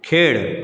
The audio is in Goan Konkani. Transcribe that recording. खेळ